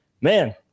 man